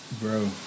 Bro